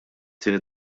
tieni